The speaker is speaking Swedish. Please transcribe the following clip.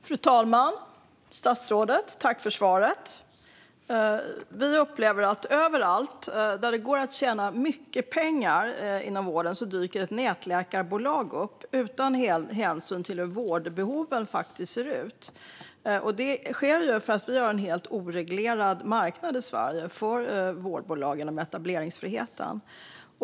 Fru talman! Tack för svaret, statsrådet! Vi upplever att det överallt inom vården dyker upp ett nätläkarbolag där det går att tjäna mycket pengar. Det sker utan hänsyn till hur vårdbehoven faktiskt ser ut. Det beror på att vi genom etableringsfriheten har en helt oreglerad marknad för vårdbolag i Sverige.